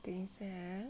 等一下啊